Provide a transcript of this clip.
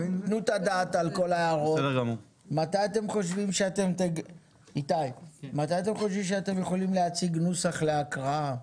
מתי אתם חושבים שאתם יכולים להציג נוסח להקראה?